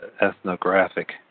ethnographic